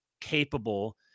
capable